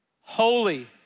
holy